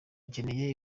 gikeneye